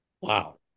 Wow